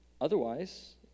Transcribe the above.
Otherwise